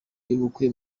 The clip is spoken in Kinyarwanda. y’ubukwe